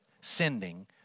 sending